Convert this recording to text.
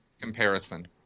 Comparison